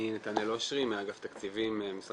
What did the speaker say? אני רפרנט רווחה במשרד האוצר.